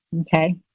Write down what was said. Okay